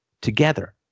together